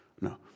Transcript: No